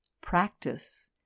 practice